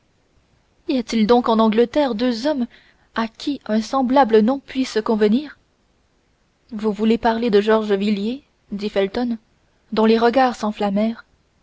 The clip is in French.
y a-t-il donc en angleterre deux hommes à qui un semblable nom puisse convenir vous voulez parler de georges villiers dit felton dont les regards